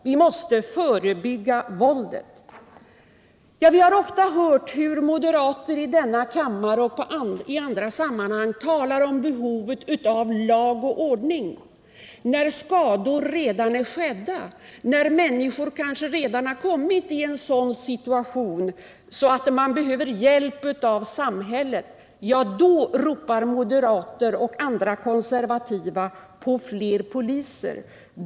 Vi har ofta hört hur moderater i denna kammare och i andra sammanhang talar om behovet av lag och ordning, när skador redan är skedda, när människor kanske redan har kommit i en sådan situation att de behöver hjälp av samhället. Ja, då ropar moderater och andra konservativa på fler poliser.